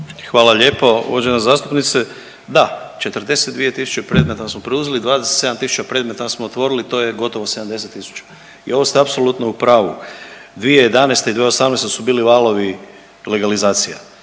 Hvala lijepo uvažena zastupnice, da 42 tisuće predmeta smo preuzeli, 27 tisuća predmeta smo otvorili to je gotovo 70 tisuća. I ovo ste apsolutno u pravu. 2011. i 2018. su bili valovi legalizacije.